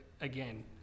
again